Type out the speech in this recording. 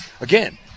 Again